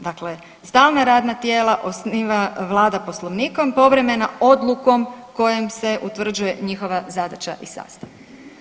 Dakle, stalna radna tijela osniva Vlada Poslovnikom povremeno odlukom kojom se utvrđuje njezina zadaća i sastav.